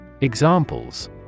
Examples